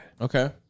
okay